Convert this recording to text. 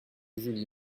julie